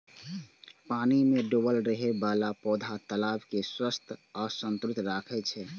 पानि मे डूबल रहै बला पौधा तालाब कें स्वच्छ आ संतुलित राखै छै